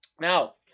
Now